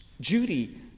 Judy